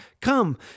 Come